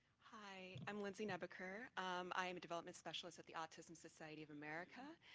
hi, i'm lindsay neb ker, um i mean development specialist at the autism society of america.